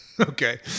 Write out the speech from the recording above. Okay